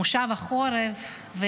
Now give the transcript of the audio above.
מושב החורף,